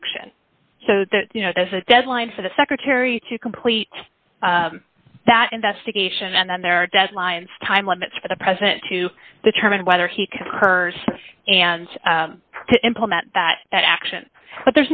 action so that you know there's a deadline for the secretary to complete that investigation and then there are deadlines time limits for the president to determine whether he concurs and to implement that that action but